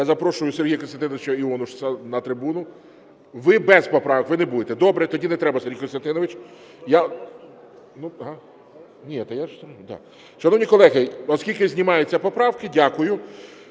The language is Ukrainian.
Я запрошую Сергія Костянтиновича Іонушаса на трибуну. Ви без поправок? Ви не будете? Добре, тоді не треба, Сергій Костянтинович. Шановні колеги, оскільки знімаються поправки, дякую,